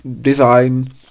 design